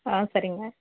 ஆ சரிங்க